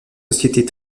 sociétés